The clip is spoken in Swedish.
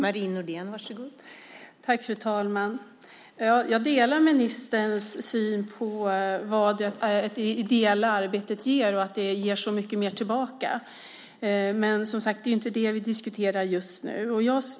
Fru talman! Jag delar ministerns syn på vad det ideella arbetet ger och att det ger mycket tillbaka. Men det är, som sagt, inte det vi diskuterar just nu.